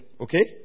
okay